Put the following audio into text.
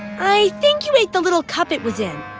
i think you ate the little cup it was in.